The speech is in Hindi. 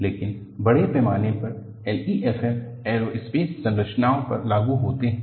लेकिन बड़े पैमाने पर LEFM एयरोस्पेस संरचनाओं पर लागू होते हैं